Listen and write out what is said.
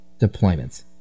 deployments